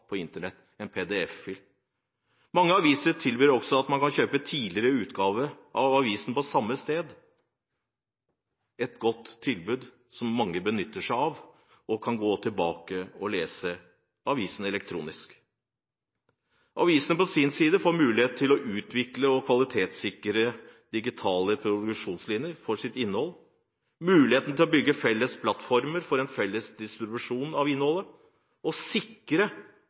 på Internett, som en PDF-fil. Mange aviser tilbyr også at man kan kjøpe tidligere utgaver av avisen på samme sted – et godt tilbud, som mange benytter seg av. De kan gå tilbake til tidligere utgaver og lese dem elektronisk. Avisene får på sin side mulighet til å utvikle en kvalitetssikret, digital produksjonslinje for avisens innhold, mulighet til å bygge felles plattformer for en felles distribusjon av innholdet og sikre